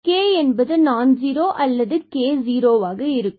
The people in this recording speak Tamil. பின்பு k என்பது நான் ஜீரோ அல்லது k ஜுரோவாக இருக்கும்